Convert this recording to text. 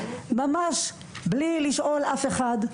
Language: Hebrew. ממש בלי לשאול אף אחד,